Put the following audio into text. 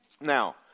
Now